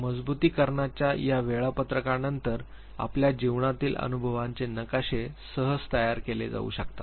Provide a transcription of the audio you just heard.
मजबुतीकरणाच्या या वेळापत्रकांवर आपल्या जीवनातील अनुभवांचे नकाशे सहज तयार केले जाऊ शकतात